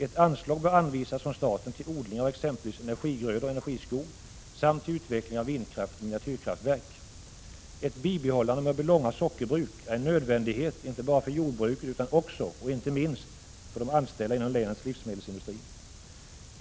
Ett anslag bör anvisas från staten till odlingar av exempelvis energigrödor och energiskog samt till utveckling av vindkraft och miniatyrkraftverk. — Ett bibehållande av Mörbylånga sockerbruk är en nödvändighet inte bara för jordbruket utan också, och inte minst, för de anställda inom länets livsmedelsindustri.